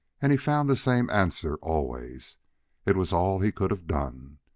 and he found the same answer always it was all he could have done.